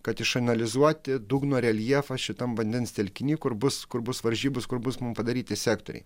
kad išanalizuoti dugno reljefą šitam vandens telkiny kur bus kur bus varžybos kur bus mum padaryti sektoriai